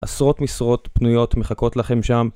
עשרות משרות פנויות מחכות לכם שם,